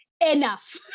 enough